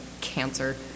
cancer